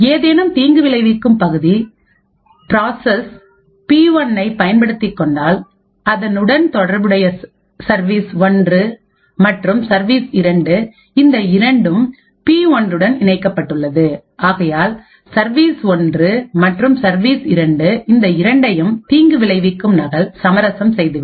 ஏதேனும் தீங்குவிளைவிக்கும் பகுதிகள் ப்ராசஸ் பி1ஐ பயன்படுத்திக் கொண்டால் அதனுடன் தொடர்புடைய சர்வீஸ்1ஒன்று மற்றும் சர்வீஸ்2 இந்த இரண்டும் பி 1டன் இணைக்கப்பட்டுள்ளது ஆகையால் சர்வீஸ்1ஒன்று மற்றும் சர்வீஸ்2 இந்த இரண்டையும் தீங்கு விளைவிக்கும் நகல் சமரசம் செய்து விடும்